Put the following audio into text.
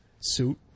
suit